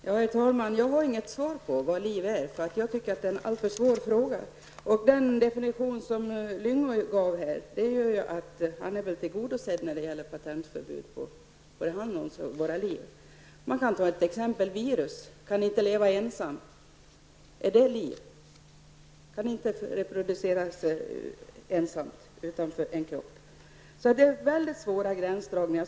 Herr talman! Jag har inget svar på frågan om vad liv är. Jag tycker att det är en alltför svår fråga. Gösta Lyngås definition här tolkar jag så, att hans krav på förbud mot patent på liv är tillgodosedda. Ett virus exempelvis kan inte leva ensamt. Är det liv? Virus kan inte reproducera sig ensamma, utanför en kropp. Det handlar alltså om mycket svåra gränsdragningar.